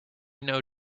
know